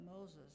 Moses